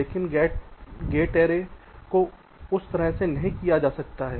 लेकिन gate array को उस तरह से नहीं किया जा सकता है